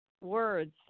words